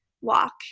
walk